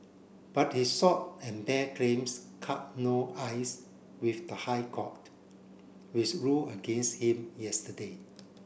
but his short and bare claims cut no ice with the High Court which rule against him yesterday